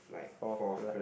fourth lap